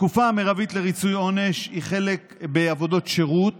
התקופה המרבית לריצוי עונש בעבודות שירות